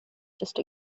just